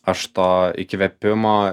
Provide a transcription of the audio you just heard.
aš to įkvėpimo